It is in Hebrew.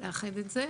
להרחיב את זה.